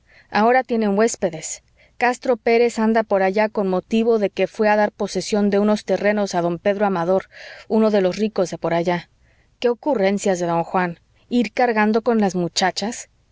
ahora tienen huéspedes castro pérez anda por allá con motivo de que fué a dar posesión de unos terrenos a don pedro amador uno de los ricos de por allá qué ocurrencias de don juan ir cargando con las muchachas